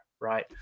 right